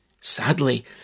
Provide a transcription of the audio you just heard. Sadly